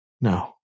No